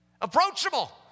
Approachable